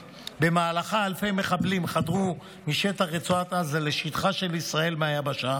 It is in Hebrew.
שבמהלכה חדרו אלפי מחבלים משטח רצועת עזה לשטחה של ישראל מהיבשה,